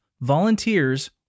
volunteers